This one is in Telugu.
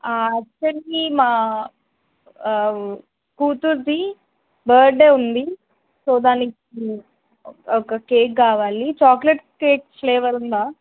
యాక్చువల్లీ మా కూతుర్ది బర్తడే ఉంది సో దానికి ఒక కేక్ కావాలి చాక్లెట్ కేక్ ఫ్లేవర్ ఉందా